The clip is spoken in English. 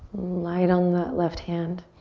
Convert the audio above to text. light on that left hand.